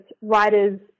writers